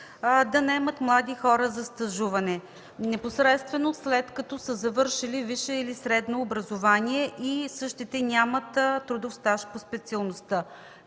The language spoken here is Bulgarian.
да наемат млади хора за стажуване непосредствено след като са завършили висше или средно образование и същите нямат трудов стаж по специалността.